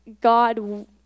God